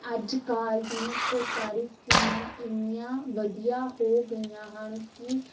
ਅੱਜ ਕੱਲ ਦੀਆਂ ਸਰਕਾਰੀ ਸਕੀਮਾਂ ਇੰਨੀਆਂ ਵਧੀਆ ਹੋ ਗਈਆਂ ਹਨ ਕਿ